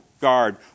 guard